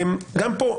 גם כאן,